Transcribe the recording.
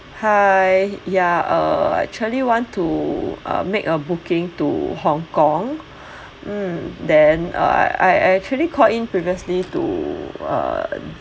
hi yeah uh actually want to uh make a booking to Hong-Kong mm then uh I I actually called in previously to uh